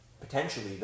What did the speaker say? potentially